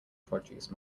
produce